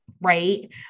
right